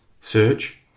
search